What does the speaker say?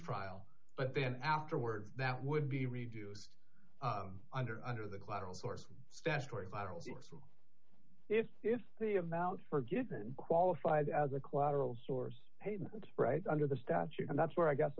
trial but then afterward that would be reduced under under the collateral source statutory model if if the amount forgiveness qualifies as a collateral source payment right under the statute and that's where i guess